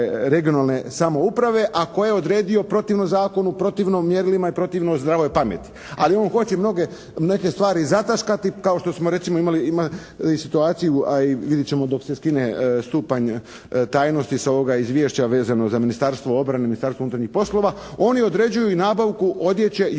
regionalne samouprave a koje je odredio protivno zakonu, protivno mjerilima i protivno zdravoj pameti. Ali on hoće mnoge neke stvari zataškati kao što smo recimo imali situaciju a i vidjet ćemo dok se skine stupanj tajnosti sa ovoga izvješća vezano za Ministarstvo obrane, Ministarstvo unutarnjih poslova. Oni određuju i nabavku odjeće i